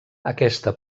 aquesta